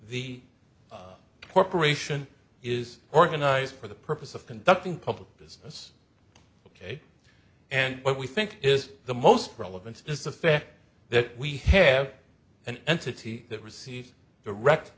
the corporation is organized for the purpose of conducting public business ok and what we think is the most relevant is the fact that we have an entity that receives direct